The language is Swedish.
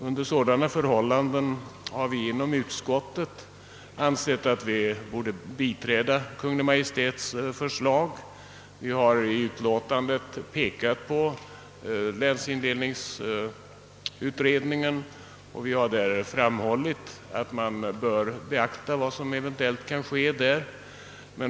Under sådana förhållanden har vi inom utskottet ansett att vi bör biträda Kungl. Maj:ts förslag. Vi har i utlåtandet pekat på länsindelningsutredningen och framhållit att man bör beakta dess resultat.